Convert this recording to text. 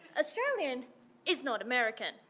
australian is not american.